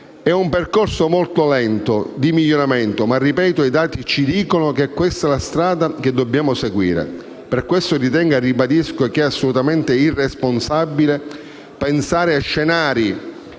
È un percorso molto lento di miglioramento, ma - ripeto - i dati ci dicono che è la strada che dobbiamo seguire. Per questo ritengo e ribadisco assolutamente irresponsabile pensare a scenari